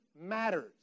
matters